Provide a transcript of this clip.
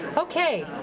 okay.